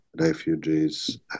refugees